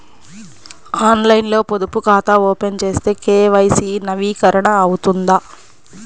ఆన్లైన్లో పొదుపు ఖాతా ఓపెన్ చేస్తే కే.వై.సి నవీకరణ అవుతుందా?